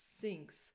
sinks